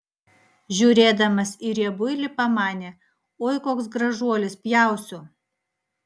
žiūrėdamas į riebuilį pamanė oi koks gražuolis pjausiu